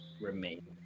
remain